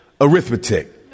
arithmetic